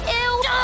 ew